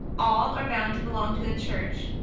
all are bound to belong to the church,